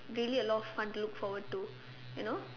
really a lot of fun to look forward to you know